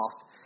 off